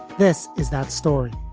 this is that story